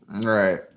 Right